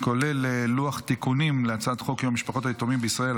כולל לוח תיקונים להצעת חוק יום משפחות היתומים בישראל,